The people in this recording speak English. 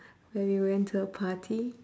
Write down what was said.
where we went to a party